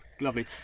lovely